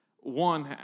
One